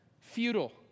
futile